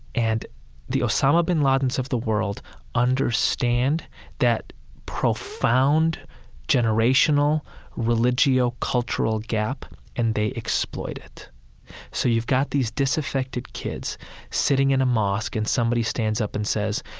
and the osama bin ladens of the world understand that profound generational religio-cultural gap and they exploit it so you've got these disaffected kids sitting in a mosque, and somebody stands up and says,